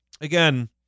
again